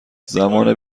زمان